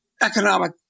economic